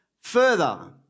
Further